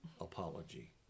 apology